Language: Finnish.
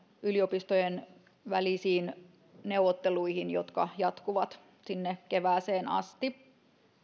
yliopistojen välisiin neuvotteluihin jotka jatkuvat sinne kevääseen asti